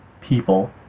people